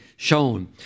Shown